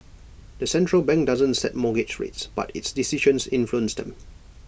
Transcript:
the central bank doesn't set mortgage rates but its decisions influence them